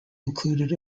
included